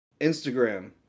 Instagram